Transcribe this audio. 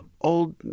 old